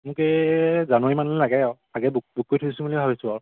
মোক এই জানুৱাৰীমানলৈ লাগে আৰু আগে বুক বুক কৰি থৈছোঁ বুলি ভাবিছোঁ আৰু